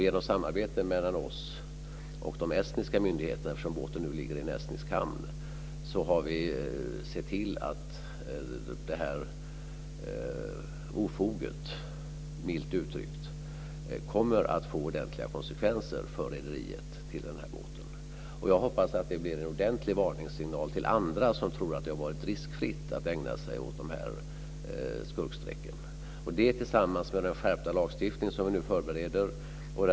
Genom samarbete mellan oss och de estniska myndigheterna - eftersom båten just nu ligger i en estnisk hamn - har vi sett till att detta ofog, milt uttryckt, kommer att få ordentliga konsekvenser för det rederi som äger båten. Jag hoppas att det blir en ordentlig varningssignal till andra, som tror att det har varit riskfritt att ägna sig åt de här skurkstrecken. Vi har också den skärpta lagstiftning som nu vi nu förbereder.